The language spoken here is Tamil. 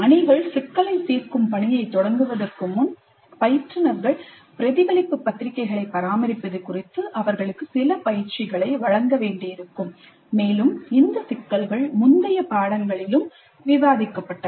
அணிகள் சிக்கலைத் தீர்க்கும் பணியைத் தொடங்குவதற்கு முன் பயிற்றுனர்கள் பிரதிபலிப்பு பத்திரிகைகளைப் பராமரிப்பது குறித்து அவர்களுக்கு சில பயிற்சிகளை வழங்க வேண்டியிருக்கும் மேலும் இந்த சிக்கல்கள் முந்தைய பாடங்களிலும் விவாதிக்கப்பட்டன